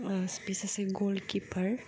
बे सासे ग'ल किपार